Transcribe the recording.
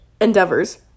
endeavors